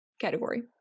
category